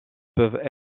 peuvent